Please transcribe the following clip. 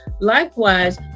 Likewise